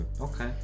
Okay